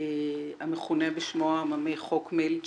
המכונה בשמו העממי "חוק מילצ'ן".